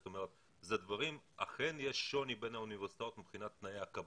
זאת אומרת אכן יש שוני בין האוניברסיטאות מבחינת תנאי הקבלה,